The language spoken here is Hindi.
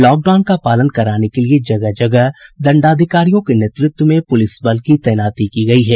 लॉकडाउन का पालन कराने के लिए जगह जगह दंडाधिकारियों के नेतृत्व में पुलिस बल की तैनाती की गयी है